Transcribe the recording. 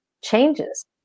changes